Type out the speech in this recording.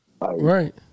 Right